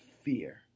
fear